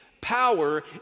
power